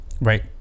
right